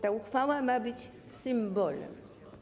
Ta uchwała ma być symbolem.